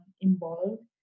involved